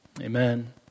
Amen